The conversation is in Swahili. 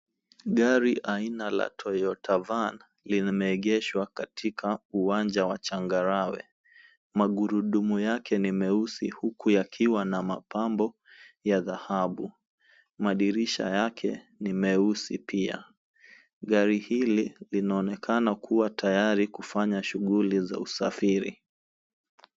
Gari aina la Toyota Van limeegeshwa katika uwanja wa changarawe. Magurudumu yake ni meusi, huku yakiwa na mapambo ya dhahabu. Madirisha yake ni meusi pia. Gari hili linaonekana kuwa tayari kufanya shughuli za usafiri.